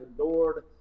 endured –